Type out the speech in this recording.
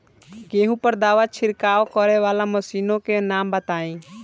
गेहूँ पर दवा छिड़काव करेवाला मशीनों के नाम बताई?